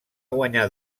guanyar